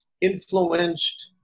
influenced